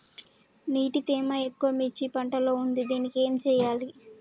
నీటి తేమ ఎక్కువ మిర్చి పంట లో ఉంది దీనికి ఏం చేయాలి?